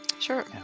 sure